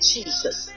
Jesus